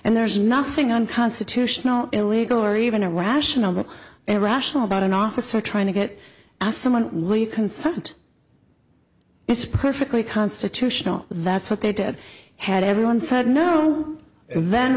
and there's nothing unconstitutional illegal or even a rational irrational about an officer trying to get us someone leave consent it's perfectly constitutional that's what they did had everyone said no and then